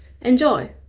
Enjoy